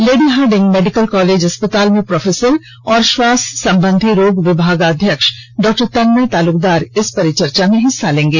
lady Hardinge Medical College अस्पताल में professor और श्वास संबंधी रोग विभागाध्यक्ष डॉक्टर तन्मय तालुकदार इस परिचर्चा में हिस्सा लेंगे